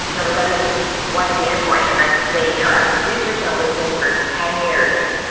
you know but that is one data point and i can say you know after researching all these things for ten years,